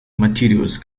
materials